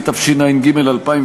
התשע"ג 2013,